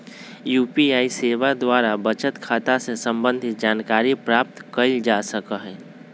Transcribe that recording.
UPI सेवा द्वारा बचत खता से संबंधित जानकारी प्राप्त कएल जा सकहइ